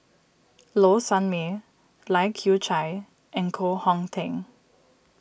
Low Sanmay Lai Kew Chai and Koh Hong Teng